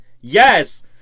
Yes